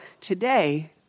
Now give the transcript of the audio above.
Today